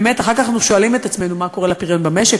אחר כך אנחנו שואלים את עצמנו מה קורה לפריון במשק,